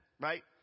Right